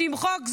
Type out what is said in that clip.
תמחק,